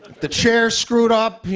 the chair's screwed up. the